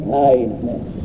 kindness